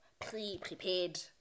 pre-prepared